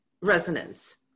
resonance